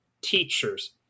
teachers